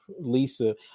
Lisa